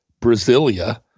Brasilia